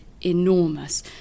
enormous